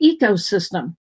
ecosystem